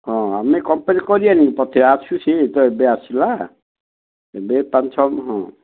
ହଁ ଆମେ କମ୍ପ୍ଲେନ୍ କରିବାନି ପଛରେ ଆସୁ ସେ ତ ଏବେ ଆସିଲା ଏବେ ପାଞ୍ଚ ଛଅ ହଁ